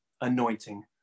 anointing